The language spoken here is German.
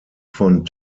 von